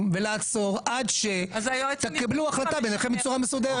ולעצור עד שתקבלו החלטה ביניכם בצורה מסודרת.